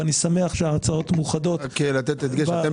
ואני שמח שההצעות מאוחדות --- לתת הדגש אתם